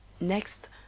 Next